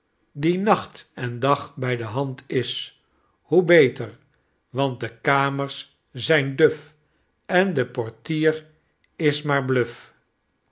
die nacht en dag by de hand is hoe beter want de kamerszynduf en de portier is maar bluf